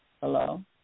Hello